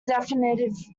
definitive